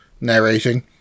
narrating